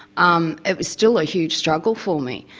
um it was still a huge struggle for me,